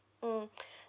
mm